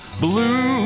blue